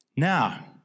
Now